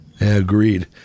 Agreed